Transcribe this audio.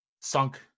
sunk